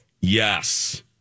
Yes